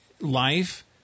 life